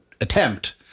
attempt